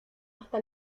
hasta